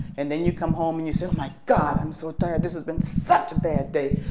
and then you come home and you say oh my god i'm so tired. this has been such a bad day.